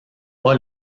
pas